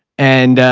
and